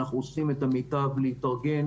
אנחנו עושים את המיטב להתארגן.